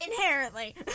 inherently